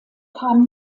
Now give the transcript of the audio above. kam